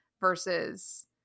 versus